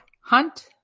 Hunt